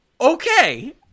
okay